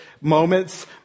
moments